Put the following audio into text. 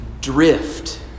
drift